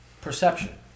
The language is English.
perception